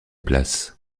place